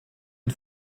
une